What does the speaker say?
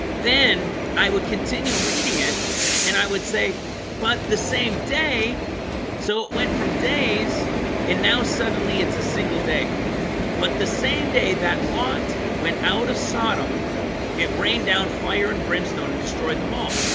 then i would continue reading it and i would say but the same day so it went from days and now suddenly it's a single day but the same day that lot went out of sodom it rained down fire and brimstone and destroyed them all. ah,